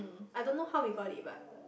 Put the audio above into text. I don't know how we got it but